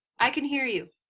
i can hear you.